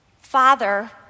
father